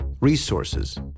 resources